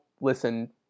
listen